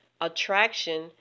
Attraction